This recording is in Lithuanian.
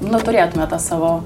nu turėtume tą savo